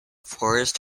forest